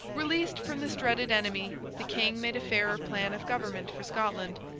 released from this dreaded enemy, the king made a fairer plan of government for scotland,